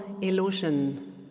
illusion